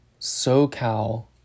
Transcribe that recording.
SoCal